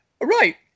Right